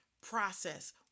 process